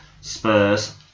Spurs